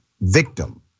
victim